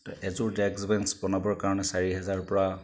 তো এযোৰ desk bench বনাবৰ কাৰণে চাৰি হেজাৰৰ পৰা